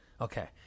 Okay